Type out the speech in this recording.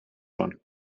one